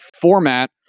format